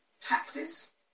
taxes